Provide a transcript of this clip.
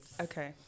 Okay